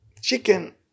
chicken